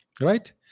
Right